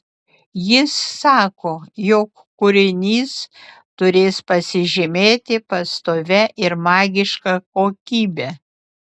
jis sako jog kūrinys turės pasižymėti pastovia ir magiška kokybe